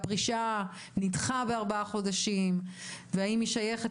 שנים ולראות האם הרפורמה הזאת בכלל הגשימה את